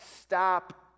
stop